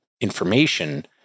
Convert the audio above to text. information